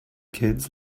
kids